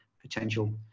potential